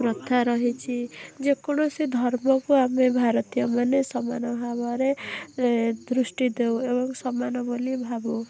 ପ୍ରଥା ରହିଛି ଯେକୌଣସି ଧର୍ମକୁ ଆମେ ଭାରତୀୟମାନେ ସମାନ ଭାବରେ ଦୃଷ୍ଟି ଦଉ ଏବଂ ସମାନ ବୋଲି ଭାବୁ